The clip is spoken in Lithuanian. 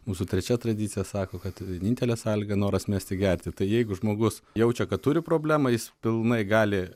mūsų trečia tradicija sako kad vienintelė sąlyga noras mesti gerti tai jeigu žmogus jaučia kad turi problemą jis pilnai gali